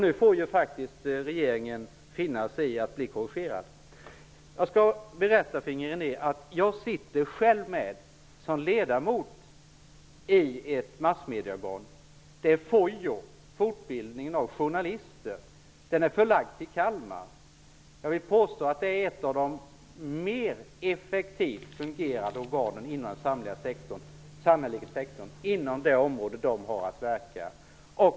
Nu får faktiskt regeringen finna sig i att bli korrigerad. Jag kan berätta för Inger René att jag sitter själv med som ledamot i styrelsen för en institution på massmedieområdet, nämligen FOJO, fortbildningen av journalister, som är förlagd till Kalmar. Jag vill påstå att det är ett av de mera effektivt fungerande organen inom den samhälleliga sektorn på det område där det har att verka.